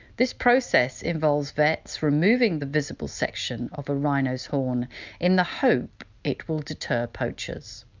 this process involves vets removing the visible section of a rhino's horn in the hope it will deter poachers.